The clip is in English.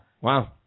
Wow